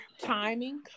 timing